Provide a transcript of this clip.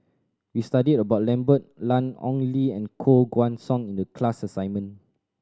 we studied about Lambert Ian Ong Li and Koh Guan Song in the class assignment